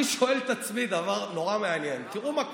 אני שואל את עצמי דבר נורא מעניין: תראו מה קורה,